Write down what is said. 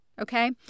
okay